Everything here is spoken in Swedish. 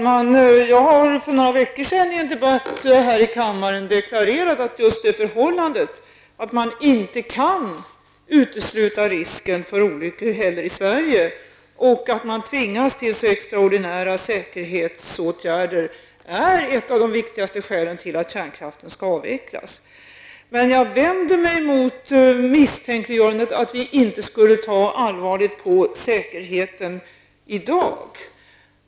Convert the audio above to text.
Herr talman! För några veckor sedan deklarerade jag i en debatt här i kammaren att just det förhållandet att man inte heller i Sverige kan utesluta risken för olyckor och att man tvingas till så extraordinära säkerhetsåtgärder är ett av de viktigaste skälen till att kärnkraften skall avvecklas. Jag vänder mig emot misstanken att vi inte skulle ta allvarligt på säkerheten i dag.